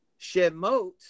Shemot